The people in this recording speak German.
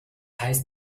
heißt